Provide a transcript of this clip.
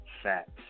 Facts